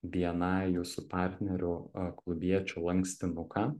bni jūsų partnerių a klubiečių lankstinuką